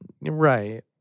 Right